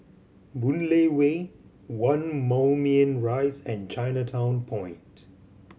Boon Lay Way One Moulmein Rise and Chinatown Point